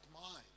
mind